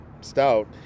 stout